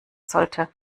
sollte